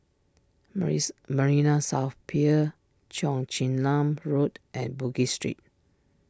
Marina South Pier Cheong Chin Nam Road and Bugis Street